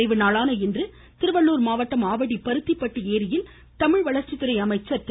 நிறைவுநாளான இன்று திருவள்ளுர் மாவட்டம் ஆவடி பருதிப்பட்டு ஏரியில் தமிழ் வளர்ச்சித்துறை அமைச்சர் திரு